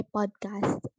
Podcast